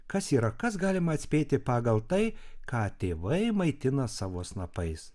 kas yra kas galima atspėti pagal tai ką tėvai maitina savo snapais